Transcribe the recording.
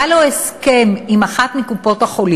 היה לו הסכם עם אחת מקופות-החולים,